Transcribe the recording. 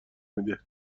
میده